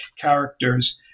characters